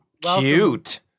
cute